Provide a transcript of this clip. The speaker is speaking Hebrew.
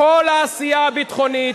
כל העשייה הביטחונית,